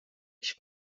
ich